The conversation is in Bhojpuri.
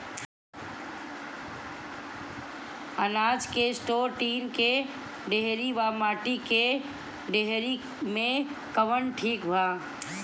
अनाज के स्टोर टीन के डेहरी व माटी के डेहरी मे कवन ठीक बा?